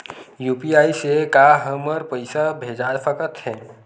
UPI से का हमर पईसा भेजा सकत हे?